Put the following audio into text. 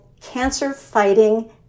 cancer-fighting